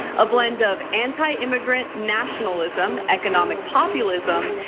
a blend of anti immigrant nationalism, economic populism,